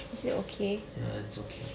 is it okay